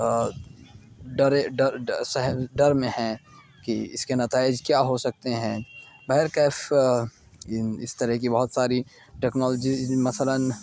ڈرے ڈر میں ہیں کہ اس کے نتائج کیا ہو سکتے ہیں بہر کیف اس طرح کی بہت ساری ٹیکنالوجیز مثلاً